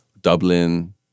Dublin